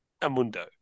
Amundo